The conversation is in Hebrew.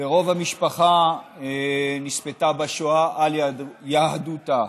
ורוב המשפחה נספתה בשואה על יהדותה.